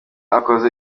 akoze